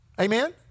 Amen